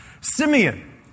Simeon